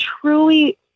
truly